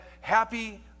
happy